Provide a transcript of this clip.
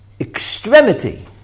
extremity